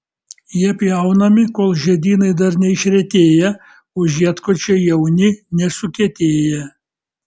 jie pjaunami kol žiedynai dar neišretėję o žiedkočiai jauni nesukietėję